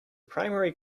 primary